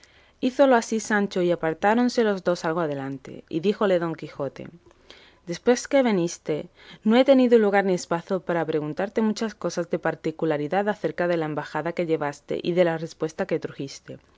hízolo así sancho y apartáronse los dos algo adelante y díjole don quijote después que veniste no he tenido lugar ni espacio para preguntarte muchas cosas de particularidad acerca de la embajada que llevaste y de la respuesta que trujiste